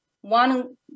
one